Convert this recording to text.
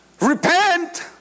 Repent